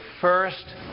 first